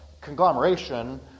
conglomeration